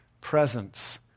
presence